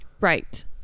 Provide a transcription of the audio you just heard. Right